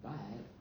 but